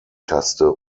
taste